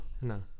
no